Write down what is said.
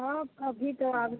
हँ अभी तऽ आब